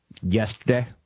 yesterday